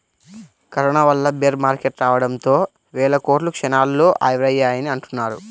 corona వల్ల bear market రావడంతో వేల కోట్లు క్షణాల్లో ఆవిరయ్యాయని అంటున్నారు